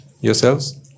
yourselves